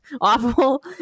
awful